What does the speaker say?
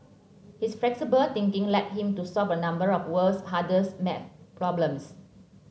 his flexible thinking led him to solve a number of the world's hardest math problems